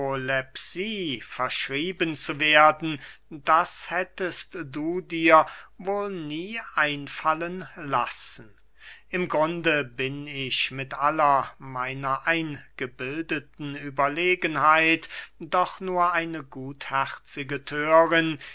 verschrieben zu werden das hättest du dir wohl nie einfallen lassen im grunde bin ich mit aller meiner eingebildeten überlegenheit doch nur eine gutherzige